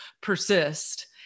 persist